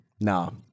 no